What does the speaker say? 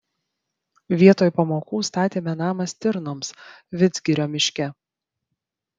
vietoj pamokų statėme namą stirnoms vidzgirio miške